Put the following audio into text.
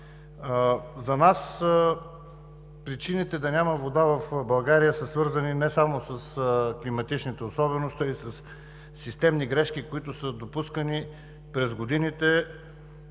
За нас причините да няма вода в България са свързани не само с климатичните особености, а и със системни грешки, които са допускани през годините